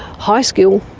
high skill,